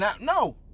No